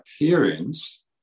appearance